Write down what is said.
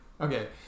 okay